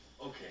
Okay